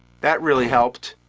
that really helped.